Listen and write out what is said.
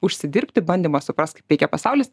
užsidirbti bandymo suprast kaip veikia pasaulis